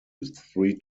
three